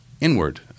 inward